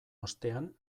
ostean